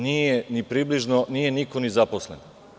Nije ni približno, nije niko ni zaposlen.